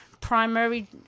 Primary